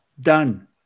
done